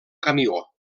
camió